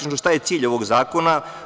Šta je cilj ovog zakona?